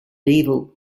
evil